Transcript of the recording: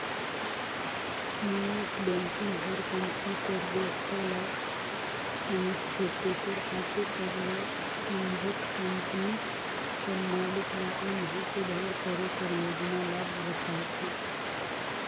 निवेस बेंकिग हर कंपनी कर बेवस्था ल समुझथे तेकर पाछू सब ल समुझत कंपनी कर मालिक ल ओम्हां सुधार करे कर योजना ल बताथे